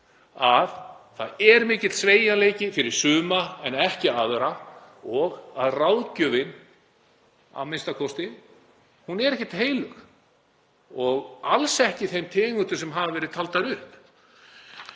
að það er mikill sveigjanleiki fyrir suma en ekki aðra og að ráðgjöfin er a.m.k. ekkert heilög og alls ekki í þeim tegundum sem hafa verið taldar upp.